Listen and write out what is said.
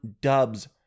Dubs